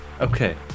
okay